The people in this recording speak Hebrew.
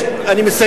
ויש, אני מסיים.